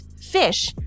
fish